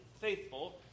faithful